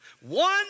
One